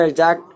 jack